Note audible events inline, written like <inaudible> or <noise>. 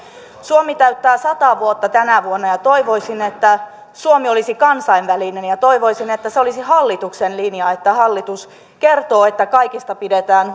suomi täyttää sata vuotta tänä vuonna ja toivoisin että suomi olisi kansainvälinen ja toivoisin että hallituksen linja olisi että hallitus kertoo että kaikista pidetään <unintelligible>